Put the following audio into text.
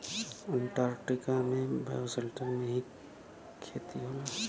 Antarctica में बायोसेल्टर में ही खेती होला